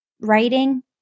writing